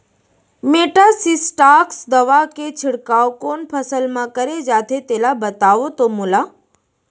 Metasystox दवा के छिड़काव कोन फसल म करे जाथे तेला बताओ त मोला?